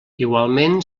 igualment